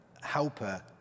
helper